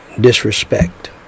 disrespect